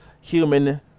human